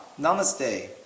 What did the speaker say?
Namaste